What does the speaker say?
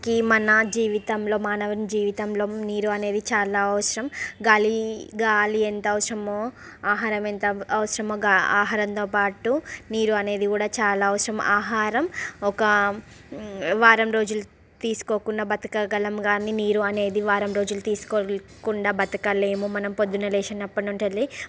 ఈ మన జీవితంలో మానవుని జీవితంలో నీరు అనేది చాలా అవసరం గాలి గాలి ఎంత అవసరమో ఆహారం ఎంత అవసరమో గా ఆహారంతో పాటు నీరు అనేది కూడా చాలా అవసరం ఆహారం ఒక వారం రోజులు తీసుకోకున్నా బ్రతకగలం కానీ నీరు అనేది వారం రోజులు తీసుకోకుండా బ్రతకలేము మనం పొద్దున లేచినప్పటి నుంచి